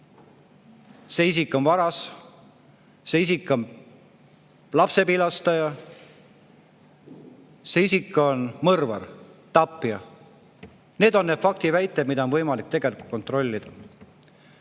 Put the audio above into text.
see isik on varas, see isik on lapsepilastaja, see isik on mõrvar, tapja. Need on need faktiväited, mida on võimalik kontrollida.